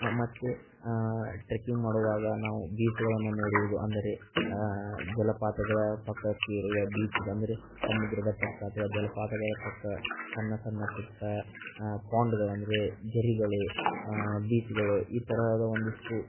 ಮತ್ತು ಟ್ರೆಕ್ಕಿಂಗ್ ಮಾಡುವಾಗ ನಾವು ಬೀಚ್ಗಳನ್ನು ನೋಡುವುದು ಅಂದರೆ ಜಲಪಾತಗಳ ಪಕ್ಕಕ್ಕಿರುವ ಬೀಚ್ಗ ಅಂದರೆ ಸಮುದ್ರದ ಪಕ್ಕ ಅಥ್ವಾ ಜಲಪಾತಗಳ ಪಕ್ಕ ಸಣ್ಣ ಸಣ್ಣ ಪುಟ್ಟ ಪೋಂಡ್ಗಳು ಅಂದರೆ ಝರಿಗಳು ಬೀಚ್ಗಳು ಈ ಥರದ ಒಂದಿಷ್ಟು